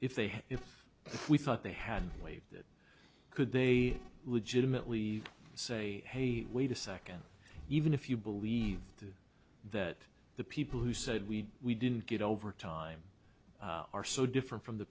if they had if we thought they had waived it could they legitimately say hey wait a second even if you believe that the people who said we didn't get over time are so different from the